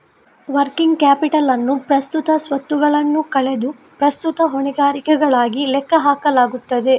working capital ಅನ್ನು ಪ್ರಸ್ತುತ ಸ್ವತ್ತುಗಳನ್ನು ಕಳೆದು ಪ್ರಸ್ತುತ ಹೊಣೆಗಾರಿಕೆಗಳಾಗಿ ಲೆಕ್ಕ ಹಾಕಲಾಗುತ್ತದೆ